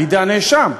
בידי הנאשם,